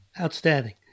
Outstanding